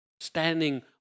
Standing